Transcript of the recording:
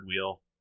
wheel